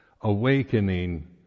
awakening